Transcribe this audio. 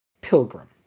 pilgrim